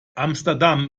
amsterdam